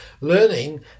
learning